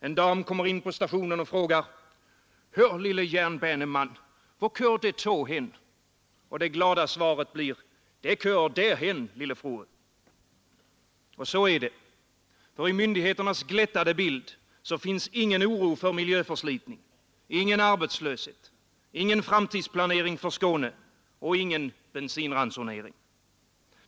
En dam kommer in på stationen och frågar: ”Hor, lille Jernbanemand, hvor korer det Tog hen?” Och det glada svaret blir: ”Det korer derhen, lille Frue! ” Och så är det. I myndigheternas glättade bild finns ingen oro för miljöförslitning, ingen arbetslöshet, ingen framtidsplanering för Skåne, ingen bensinransonering.